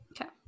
Okay